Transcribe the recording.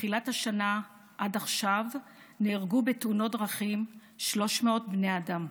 מתחילת השנה עד עכשיו נהרגו בתאונות דרכים 300 בני אדם.